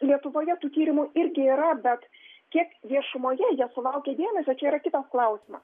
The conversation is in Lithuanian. lietuvoje tų tyrimų irgi yra bet kiek viešumoje jie sulaukia dėmesio čia yra kitas klausimas